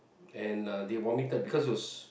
and uh they vomited because it was